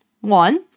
One